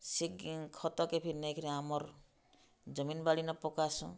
ସେ ଖତକେ ଫିର୍ ନେଇକିରି ଆମର୍ ଜମିନ୍ବାଡ଼ିନ ପକାସୁଁ